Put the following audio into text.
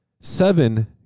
Seven